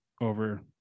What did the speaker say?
over